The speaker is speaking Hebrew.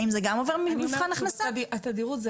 האם זה גם עובר מבחן הכנסה -- אני אומר שוב: התדירות היא